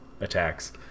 attacks